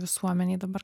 visuomenėj dabar